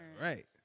Right